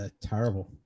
Terrible